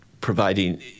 providing